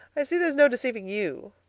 i see there is no deceiving you.